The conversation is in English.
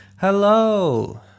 Hello